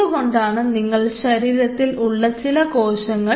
എന്തുകൊണ്ടാണ് നിങ്ങളുടെ ശരീരത്തിൽ ഉള്ള ചില കോശങ്ങൾ